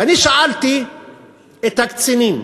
ואני שאלתי את הקצינים: